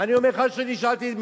אף אחד לא אומר את זה.